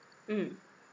mm